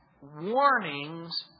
warnings